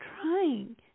trying